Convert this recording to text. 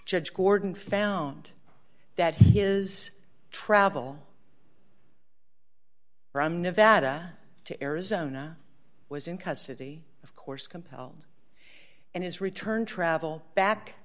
judge gordon found that his travel from nevada to arizona was in custody of course compel and his return travel back